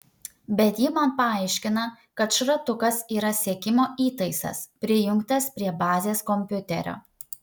bet ji man paaiškina kad šratukas yra sekimo įtaisas prijungtas prie bazės kompiuterio